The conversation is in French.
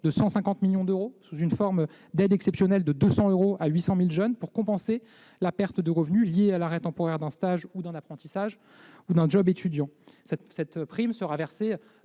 de 150 millions d'euros, sous la forme d'une aide exceptionnelle de 200 euros pour 800 000 jeunes, destinée à compenser la perte de revenu liée à l'arrêt temporaire d'un stage, d'un apprentissage ou d'un étudiant. Cette prime sera versée